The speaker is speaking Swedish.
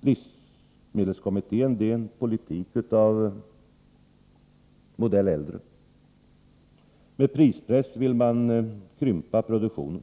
livsmedelskommittén är en politik av modell äldre. Med prispress vill man krympa produktionen.